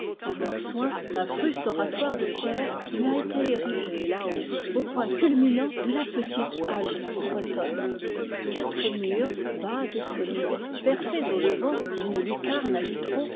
par leurs soins un fruste oratoire de pierre lui a été érigé làhaut au point culminant de la petite alpe bretonne quatre murs bas et solides percés au levant d'une lucarne à vitraux